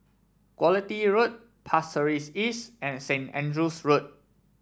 Quality Road Pasir Ris East and Saint Andrew's Road